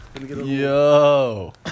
Yo